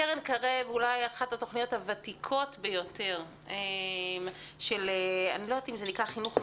קרן קרב היא אולי אחת התוכניות הוותיקות ביותר של חינוך משלים,